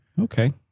Okay